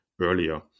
earlier